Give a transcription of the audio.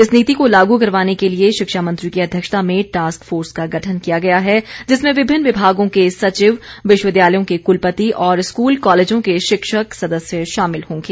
इस नीति को लागू करवाने के लिए शिक्षा मंत्री की अध्यक्षता में टास्क फोर्स का गठन किया गया है जिसमें विभिन्न विभागों के सचिव विश्वविद्यालयों के कुलपति और स्कूल कालेजों के शिक्षक सदस्य शामिल होंगे